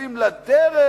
שותפים לדרך.